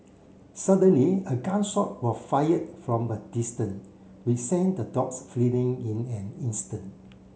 suddenly a gun shot were fired from a distance which sent the dogs fleeing in an instant